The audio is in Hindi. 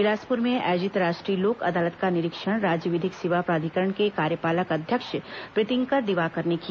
बिलासपुर में आयोजित राष्ट्रीय लोक अदालत का निरीक्षण राज्य विधिक सेवा प्राधिकरण के कार्यपालक अध्यक्ष प्रीतिंकर दिवाकर ने किया